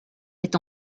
est